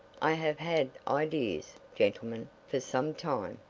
i have had ideas, gentlemen, for some time.